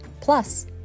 plus